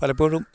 പലപ്പോഴും